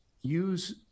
use